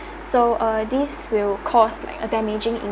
so uh this will cost like a damaging